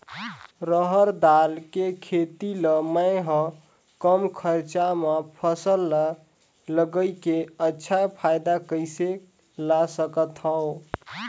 रहर दाल के खेती ला मै ह कम खरचा मा फसल ला लगई के अच्छा फायदा कइसे ला सकथव?